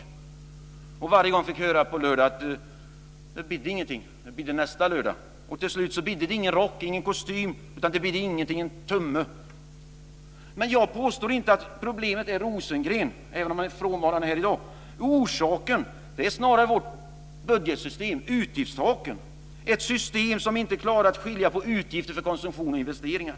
Han fick varje gång på lördag höra att det inte bidde något. Det bidde nästa lördag. Till slut bidde det inte någon rock eller kostym, utan det bidde ingenting, en tumme. Jag påstår inte att problemet är Rosengren, även om han är frånvarande här i dag. Orsaken är snarare vårt budgetsystem med utgiftstaken. Det är ett system som inte klarar att skilja på utgifter för konsumtion och för investeringar.